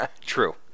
true